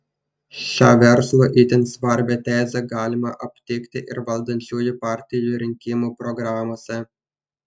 šią verslui itin svarbią tezę galima aptikti ir valdančiųjų partijų rinkimų programose